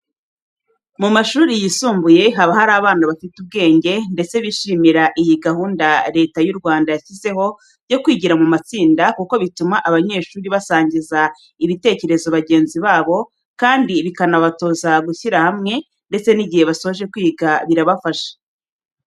Mu mashuri yisumbuye haba hari abana bafite ubwenge ndetse bishimira iyi gahunda Leta y'u Rwanda yashyizeho yo kwigira mu matsinda kuko bituma abanyeshuri basangiza ibitekerezo bagenzi babo, kandi bikanabatoza gushyira hamwe ndetse n'igihe basoje kwiga birabafasha.